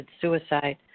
suicide